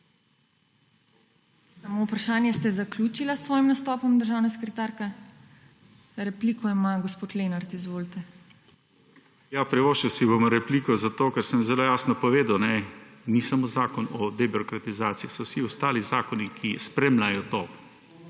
Samo vprašanje. Ste zaključili s svojim nastopom, državna sekretarka? ( Da.) Repliko ima gospod Lenart. Izvolite. **JOŽE LENART (PS LMŠ):** Ja, privoščil si bom repliko, zato ker sem zelo jasno povedal, ni samo zakon o debirokratizaciji, so vsi ostali zakoni, ki spremljajo to.